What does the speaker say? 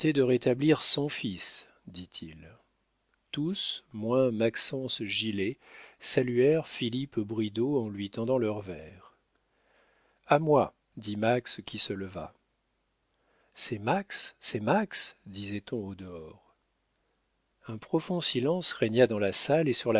de rétablir son fils dit-il tous moins maxence gilet saluèrent philippe bridau en lui tendant leurs verres a moi dit max qui se leva c'est max c'est max disait-on au dehors un profond silence régna dans la salle et